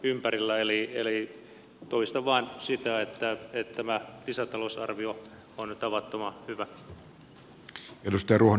eli toistan vain sen että tämä lisätalousarvio on tavattoman hyvä